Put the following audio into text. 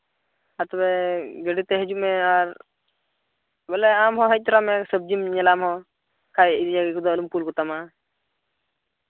ᱟᱨ ᱛᱚᱵᱮ ᱜᱟᱹᱰᱤ ᱛᱮ ᱦᱤᱡᱩᱜ ᱢᱮ ᱟᱨ ᱵᱚᱞᱮ ᱟᱢ ᱦᱚᱸ ᱦᱮᱡ ᱛᱚᱨᱟᱜ ᱢᱮ ᱥᱚᱵᱽᱡᱤᱢ ᱧᱮᱞᱟ ᱟᱢ ᱦᱚᱸ ᱵᱟᱠᱷᱟᱱ ᱤᱭᱟᱹ ᱠᱚᱫᱚ ᱟᱞᱚᱢ ᱠᱩᱞ ᱠᱚᱛᱟᱢᱟ